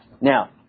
Now